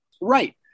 Right